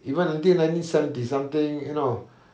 even until nineteen seventy something you know